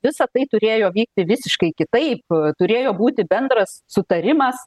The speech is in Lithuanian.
visa tai turėjo vykti visiškai kitaip turėjo būti bendras sutarimas